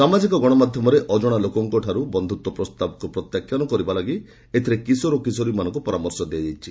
ସାମାଜିକ ଗଣମାଧ୍ୟମରେ ଅଜଣା ଲୋକଙ୍କଠାରୁ ବନ୍ଧୁତ୍ୱ ପ୍ରସ୍ତାବକୁ ପ୍ରତ୍ୟାଖ୍ୟାନ କରିବା ଲାଗି ଏଥିରେ କିଶୋର କିଶୋରୀଙ୍କୁ ପରାମର୍ଶ ଦିଆଯାଇଛି